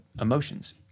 emotions